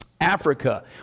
Africa